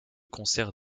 concert